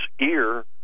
ear